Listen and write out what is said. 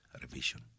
revision